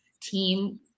team